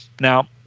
now